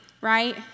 right